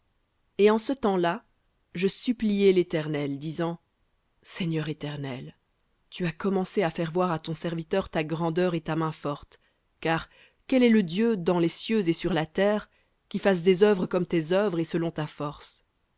et en ce temps-là je suppliai l'éternel disant seigneur éternel tu as commencé à faire voir à ton serviteur ta grandeur et ta main forte car quel est le dieu dans les cieux et sur la terre qui fasse comme tes œuvres et selon ta force